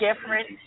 different